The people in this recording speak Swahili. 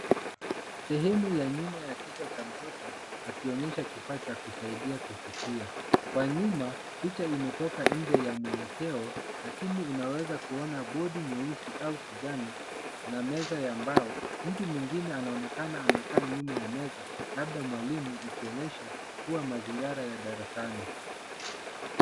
Sehemu ya nyuma ya kichwa cha mtoto, akionyesha kifaa cha kusaidia kusikia. Kwa nyuma, picha imetoka nje ya mwelekeo, lakini unaweza kuona bodi nyeusi au kijana, na meza ya mbao. Mtu mwingine anaonekana amekaa nyuma ya meza, labda mwalimu, ikionyesha kuwa mazingara ya darasani.